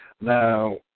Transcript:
Now